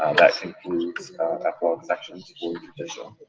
that concludes all the sections for